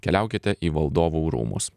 keliaukite į valdovų rūmus